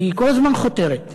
היא כל הזמן חותרת.